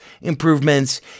improvements